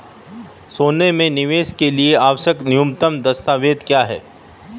सोने में निवेश के लिए आवश्यक न्यूनतम दस्तावेज़ क्या हैं?